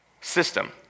system